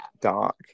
dark